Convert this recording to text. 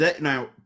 now